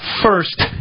first